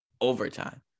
overtime